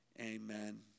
amen